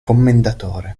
commendatore